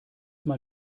mal